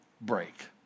break